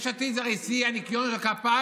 יש עתיד זה הרי שיא ניקיון הכפיים,